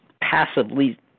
passively